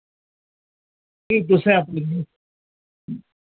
नेईं तुसें